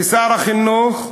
ושר החינוך,